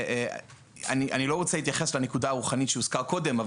אני לא רוצה להתייחס לנקודה הרוחנית שהוזכרה קודם,